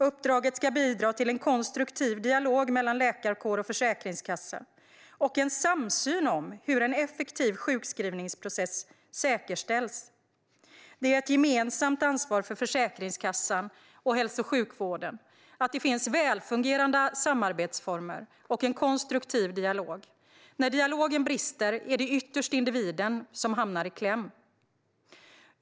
Uppdraget ska bidra till en konstruktiv dialog mellan läkarkåren och Försäkringskassan och en samsyn om hur en effektiv sjukskrivningsprocess säkerställs. Det är ett gemensamt ansvar för Försäkringskassan och hälso och sjukvården att det finns välfungerande samarbetsformer och en konstruktiv dialog. När dialogen brister är det ytterst individen som hamnar i kläm.